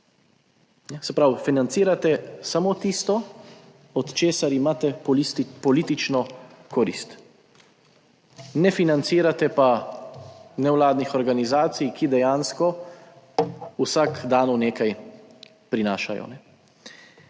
Se pravi, financirate samo tisto, od česar imate politično korist. Ne financirate pa nevladnih organizacij, ki dejansko vsak dan v nekaj prinašajo.